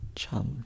chum